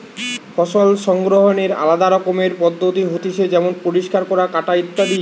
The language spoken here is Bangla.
ফসল সংগ্রহনের আলদা রকমের পদ্ধতি হতিছে যেমন পরিষ্কার করা, কাটা ইত্যাদি